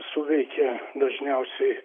suveikia dažniausiai